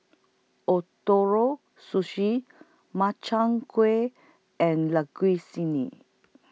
Ootoro Sushi Makchang Gui and